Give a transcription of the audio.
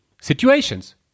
situations